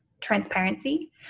transparency